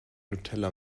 nutella